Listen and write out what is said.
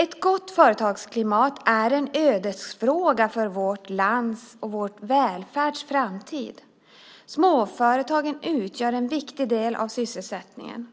Ett gott företagsklimat är en ödesfråga för vårt lands och vår välfärds framtid. Småföretagen utgör en viktig del av sysselsättningen.